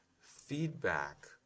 feedback